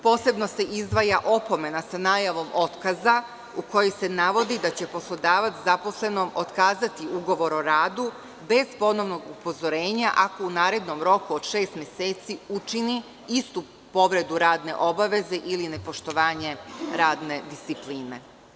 Posebno se izdvaja opomena sa najavom otkaza u kojoj se navodi da će poslodavac zaposlenom otkazati ugovor o radu bez ponovnog upozorenja ako u narednom roku od šest meseci učini istu povredu radne obaveze ili nepoštovanje radne discipline.